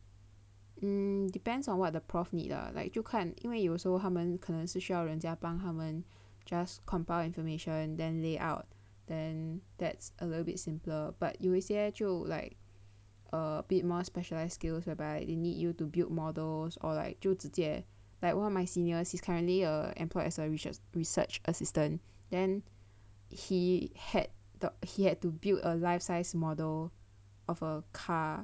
um depends on what the prof need lah like 就看因为有时候他们可能是需要人家帮他们 just compile information then layout then that's a little bit simpler but 有一些就 like a bit more specialised skills whereby they need you to build models or like 就直接 like one of my seniors is currently uh employed as a research research assistant then he had to he had to build a life-sized model of a car